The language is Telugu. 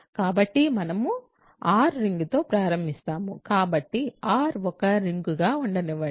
కాబట్టి మనము R రింగ్తో ప్రారంభిస్తాము కాబట్టి R ఒక రింగ్గా ఉండనివ్వండి